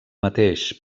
mateix